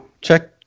Check